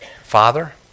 Father